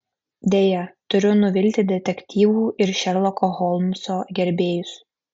deja turiu nuvilti detektyvų ir šerloko holmso gerbėjus